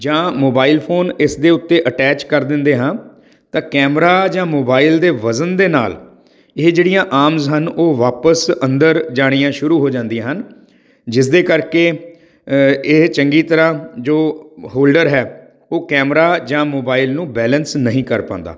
ਜਾਂ mobile phone ਇਸ ਦੇ ਉੱਤੇ ਅਟੈਚ ਕਰ ਦਿੰਦੇ ਹਾਂ ਤਾਂ ਕੈਮਰਾ ਜਾਂ ਮੋਬਾਈਲ ਦੇ ਵਜ਼ਨ ਦੇ ਨਾਲ ਇਹ ਜਿਹੜੀਆਂ ਆਮਜ਼ ਹਨ ਉਹ ਵਾਪਸ ਅੰਦਰ ਜਾਣੀਆਂ ਸ਼ੁਰੂ ਹੋ ਜਾਂਦੀ ਹਨ ਜਿਸ ਦੇ ਕਰਕੇ ਇਹ ਚੰਗੀ ਤਰਾਂ ਜੋ ਹੋਲਡਰ ਹੈ ਉਹ ਕੈਮਰਾ ਜਾਂ ਮੋਬਾਈਲ ਨੂੰ ਬੈਲੰਸ ਨਹੀਂ ਕਰ ਪਾਉਂਦਾ